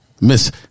Miss